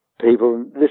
people